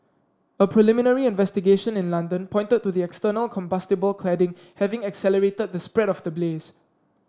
a preliminary investigation in London pointed to the external combustible cladding having accelerated the spread of the blaze